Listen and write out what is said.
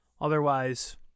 Otherwise